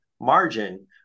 margin